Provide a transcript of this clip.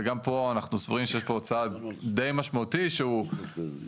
וגם פה אנחנו סבורים שיש פה צעד די משמעותי שהוא במקרה